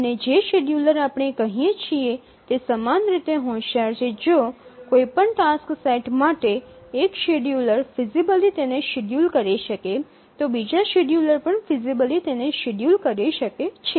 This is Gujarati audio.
અને જે શેડ્યુલર આપણે કહીએ છીએ તે સમાન રીતે હોશિયાર છે જો કોઈ પણ ટાસ્ક સેટ માટે એક શેડ્યુલર ફિઝીબલી તેને શેડ્યૂલ કરી શકે તો બીજા શિડ્યુલર પણ ફિઝીબલી તેને શેડ્યૂલ કરી શકે છે